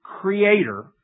creator